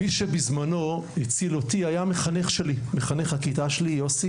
מי שבזמנו הציל אותי היה המחנך שלי, יוסי,